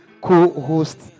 co-host